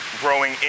growing